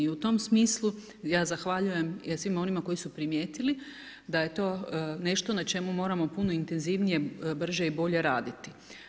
I u tom smislu ja zahvaljujem svima onima koji su primijetili da je to nešto na čemu moramo puno intenzivnije, brže i bolje raditi.